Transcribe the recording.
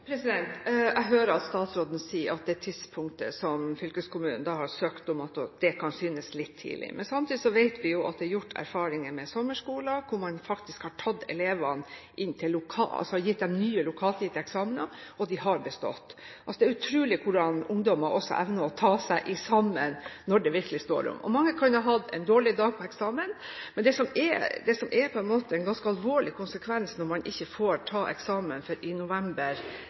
Jeg hører statsråden sier at det tidspunktet som fylkeskommunen har søkt om, kan synes litt tidlig, men samtidig vet vi at det er gjort erfaringer med sommerskoler, hvor man faktisk har gitt elevene nye, lokalt gitte eksamener, og de har bestått. Det er utrolig hvordan også ungdommer evner å ta seg sammen når det virkelig står om det, og man kan ha hatt en dårlig dag på eksamen. Det som er en ganske alvorlig konsekvens når man ikke får tatt eksamen før i